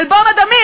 אלבום הדמים